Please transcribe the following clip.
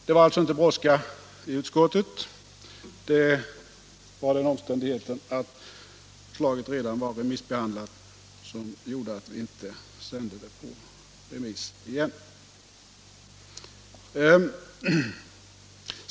Det var alltså inte brådska i utskottet som var orsaken — det var den omständigheten att förslaget redan var remissbehandlat som gjorde att vi inte sände det på remiss igen.